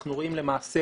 אנחנו רואים למעשה